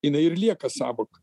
jinai ir lieka sąvoka